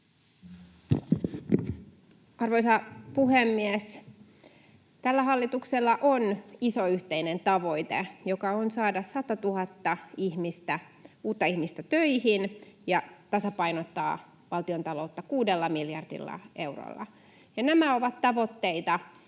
Arvoisa puhemies! Tällä hallituksella on iso yhteinen tavoite, joka on saada 100 000 uutta ihmistä töihin ja tasapainottaa valtiontaloutta kuudella miljardilla eurolla. Nämä ovat tavoitteita,